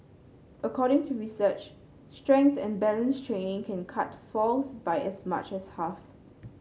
according to research strength and balance training can cut falls by as much as half